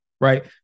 right